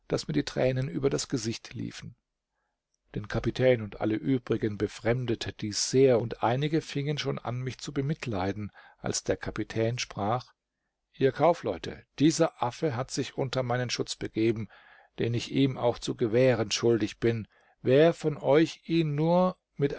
daß mir die tränen über das gesicht liefen den kapitän und alle übrigen befremdete dies sehr und einige fingen schon an mich zu bemitleiden als der kapitän sprach ihr kaufleute dieser affe hat sich unter meinen schutz begeben den ich ihm auch zu gewähren schuldig bin wer von euch ihn nur mit